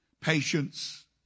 patience